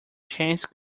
chances